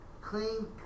Clean